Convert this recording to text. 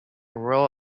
rural